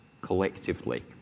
collectively